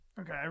Okay